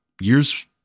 years